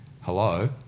hello